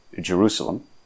Jerusalem